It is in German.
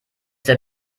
der